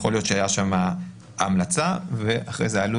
יכול להיות שהייתה שם המלצה ואחרי זה עלו